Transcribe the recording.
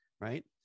right